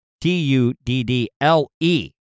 T-U-D-D-L-E